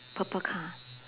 purple car